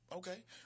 Okay